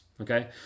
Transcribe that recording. Okay